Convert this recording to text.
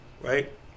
right